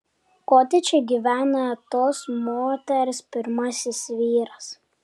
kotedže gyvena tos moters pirmasis vyras